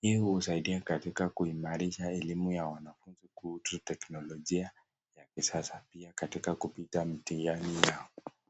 Hii husaidia katika kuimarisha elimu ya wanafunzi kuhusu teknolojia ya kisasa pia katika kupita mitihani yao.